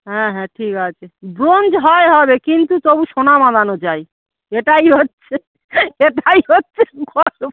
হ্যাঁ হ্যাঁ ঠিক আছে ব্রোঞ্জ হয় হবে কিন্তু তবু সোনা বাঁধানো চাই এটাই হচ্ছে এটাই হচ্ছে গল্প